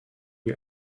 you